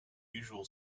usual